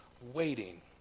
waiting